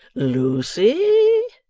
lucy